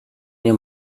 nie